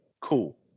cool